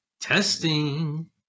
Testing